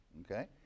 okay